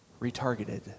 Retargeted